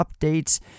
updates